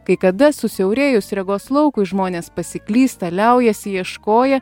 kai kada susiaurėjus regos laukui žmonės pasiklysta liaujasi ieškoję